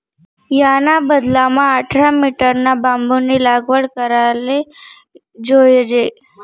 याना बदलामा आठरा मीटरना बांबूनी लागवड कराले जोयजे